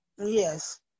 Yes